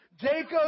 Jacob